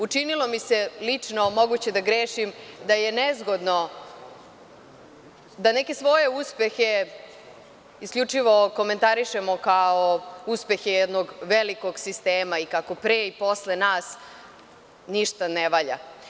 Učinilo mi se, moguće je da grešim da je nezgodno da neke svoje uspehe komentarišemo isključivo kao uspehe jednog velikog sistema, kako pre i posle nas ništa ne valja.